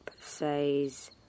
says